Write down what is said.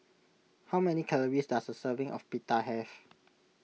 how many calories does a serving of Pita have